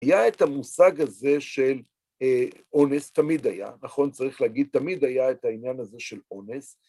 היה את המושג הזה של אונס, תמיד היה, נכון? צריך להגיד, תמיד היה את העניין הזה של אונס.